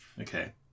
Okay